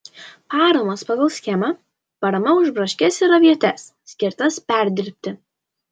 paramos pagal schemą parama už braškes ir avietes skirtas perdirbti